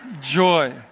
Joy